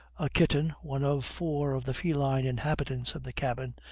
a kitten, one of four of the feline inhabitants of the cabin,